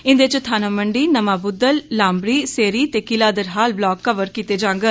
इंदे च थन्नामंडी नमां बुद्धल लामबरी सेरी ते किला दरहाल ब्लाक कवर कीते जांगन